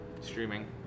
Streaming